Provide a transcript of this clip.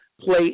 play